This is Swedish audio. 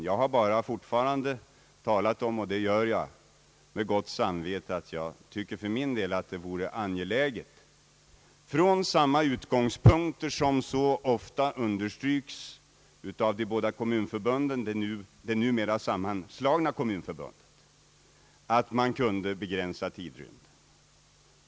Jag har bara talat om — och det gör jag fortfarande och med gott samvete — att jag för min del anser det vara angeläget, från samma utgångspunkter som så ofta understryks av de båda numera sammanslagna kommunförbunden, att man kunde begränsa tidrymden.